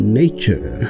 nature